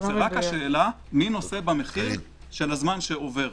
זו רק השאלה מי נושא במחיר של הזמן שעובר,